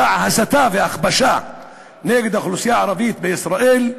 מסע ההסתה וההכפשה נגד האוכלוסייה הערבית בישראל,